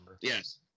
Yes